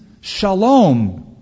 shalom